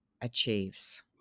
achieves